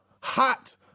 Hot